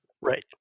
Right